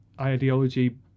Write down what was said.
ideology